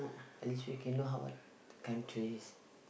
at least we can know how the countries